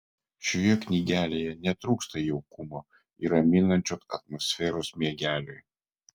šioje knygelėje netrūksta jaukumo ir raminančios atmosferos miegeliui